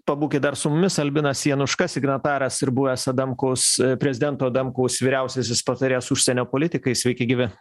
pabūkit dar su mumis albinas januška signataras ir buvęs adamkus prezidento adamkaus vyriausiasis patarėjas užsienio politikai sveiki gyvi